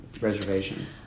reservation